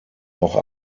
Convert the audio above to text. auch